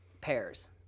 pairs